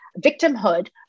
victimhood